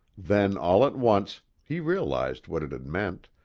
then all at once he realized what it had meant,